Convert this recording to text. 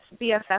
BFF